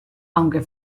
aunque